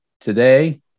today